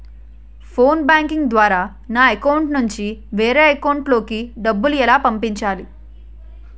Phone banking ద్వారా నా account నుంచి వేరే అకౌంట్ లోకి డబ్బులు ఎలా పంపించాలి?